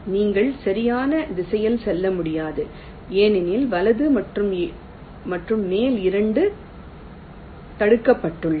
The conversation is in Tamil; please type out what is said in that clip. நீங்கள் சரியான திசையில் செல்ல முடியாது ஏனெனில் வலது மற்றும் மேல் இரண்டும் தடுக்கப்பட்டுள்ளன